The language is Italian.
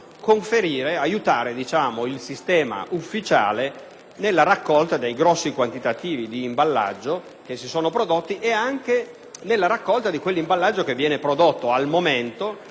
possono aiutare il sistema ufficiale nella raccolta di grossi quantitativi di imballaggio che si sono prodotti e anche nella raccolta di quell'imballaggio che viene prodotto al momento